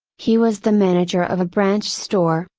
he was the manager of a branch store,